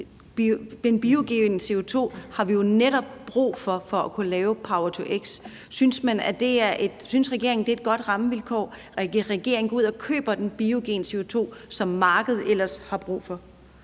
Den biogene CO2 har vi jo netop brug for for at kunne lave power-to-x. Synes regeringen, det er gode rammevilkår, at regeringen går ud og køber den biogene CO2, som markedet ellers har brug for?